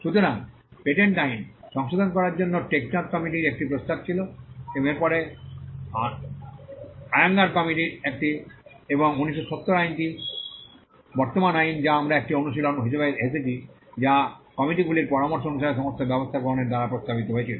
সুতরাং পেটেন্ট আইন সংশোধন করার জন্য টেক চাঁদ কমিটির একটি প্রস্তাব ছিল এবং এর পরে আয়য়নগর কমিটি এবং 1970 আইনটি বর্তমান আইন যা আমরা একটি অনুশীলন হিসাবে এসেছি যা কমিটিগুলির পরামর্শ অনুসারে সমস্ত ব্যবস্থা গ্রহণের দ্বারা প্রস্তাবিত হয়েছিল